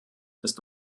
ist